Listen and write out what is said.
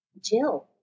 Jill